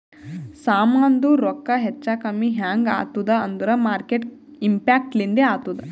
ಸಾಮಾಂದು ರೊಕ್ಕಾ ಹೆಚ್ಚಾ ಕಮ್ಮಿ ಹ್ಯಾಂಗ್ ಆತ್ತುದ್ ಅಂದೂರ್ ಮಾರ್ಕೆಟ್ ಇಂಪ್ಯಾಕ್ಟ್ ಲಿಂದೆ ಆತ್ತುದ